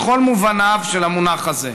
בכל מובניו של המונח הזה.